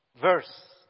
verse